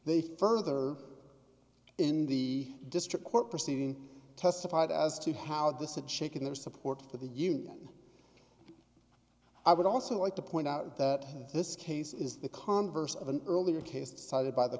they further in the district court proceeding testified as to how this had shaken their support for the union i would also like to point out that this case is the converse of an earlier case decided by the